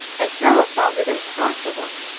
and sara found it impossible